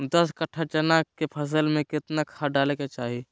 दस कट्ठा चना के फसल में कितना खाद डालें के चाहि?